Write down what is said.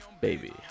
Baby